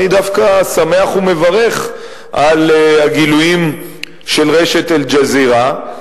אני דווקא שמח ומברך על הגילויים של רשת "אל-ג'זירה".